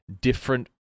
different